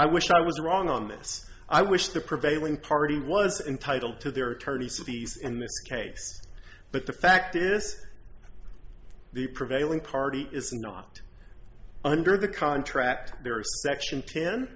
i wish i was wrong on this i wish the prevailing party was entitled to their attorney cities in this case but the fact is the prevailing party is not under the contract there are section ten